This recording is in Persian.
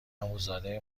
عموزاده